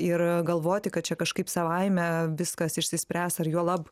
ir galvoti kad čia kažkaip savaime viskas išsispręs ar juolab